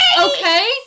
okay